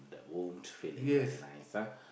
the warmth feeling very nice